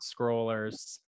scrollers